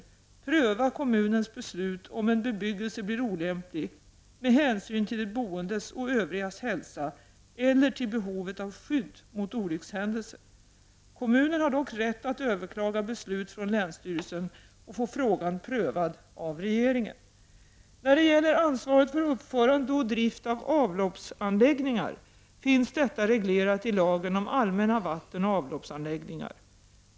också pröva kommunens beslut om bebyggelse blir olämplig med hänsyn till de boendes och övrigas hälsa eller till behovet av skydd mot olyckshändelser. Kommunen har dock rätt att överklaga beslut från länsstyrelsen och få frågan prövad av regeringen. När det gäller ansvaret för uppförande och drift av avloppsanläggningar finns detta reglerat i lagen om allmänna vattenoch avloppsanläggningar.